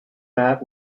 mat